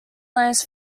lance